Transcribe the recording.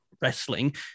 wrestling